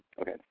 Okay